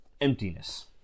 emptiness